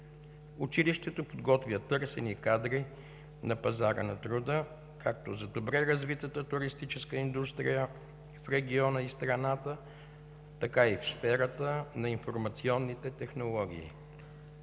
Училището подготвя търсени кадри на пазара на труда както за добре развитата туристическа индустрия в региона и страната, така и в сферата на информационните технологии.